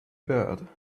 bad